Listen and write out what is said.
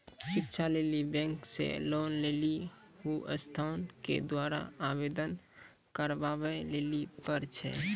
शिक्षा लेली बैंक से लोन लेली उ संस्थान के द्वारा आवेदन करबाबै लेली पर छै?